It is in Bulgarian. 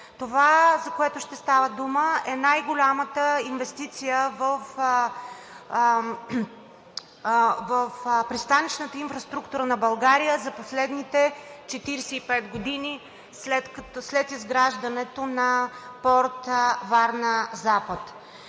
Това, за което ще става дума, е най голямата инвестиция в пристанищната инфраструктура на България за последните 45 години, след изграждането на Порт „Варна – запад“.